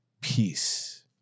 peace